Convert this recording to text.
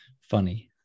funny